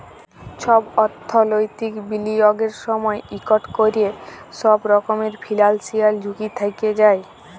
ছব অথ্থলৈতিক বিলিয়গের সময় ইকট ক্যরে বড় রকমের ফিল্যালসিয়াল ঝুঁকি থ্যাকে যায়